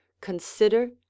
CONSIDER